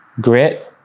grit